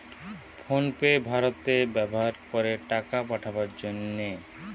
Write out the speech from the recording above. phone pay ভারতে ব্যাভার করে টাকা পাঠাবার জন্যে